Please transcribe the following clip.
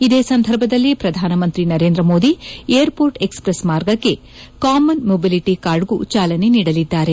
ಇದೇ ಸಂದರ್ಭದಲ್ಲಿ ಪ್ರಧಾನಮಂತ್ರಿ ನರೇಂದ್ರ ಮೋದಿ ಏರ್ಪೋರ್ಟ್ ಎಕ್ಸಪ್ರೆಸ್ ಮಾರ್ಗಕ್ಕೆ ಕಾಮನ್ ಮೊಬಿಲಿಟಿ ಕಾರ್ಡ್ಗೂ ಚಾಲನೆ ನೀಡಲಿದ್ದಾರೆ